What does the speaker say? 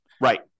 Right